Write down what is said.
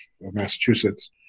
massachusetts